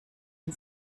ein